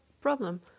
problem